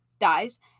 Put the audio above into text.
dies